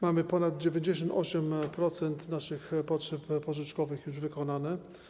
Mamy ponad 98% naszych potrzeb pożyczkowych już wykonane.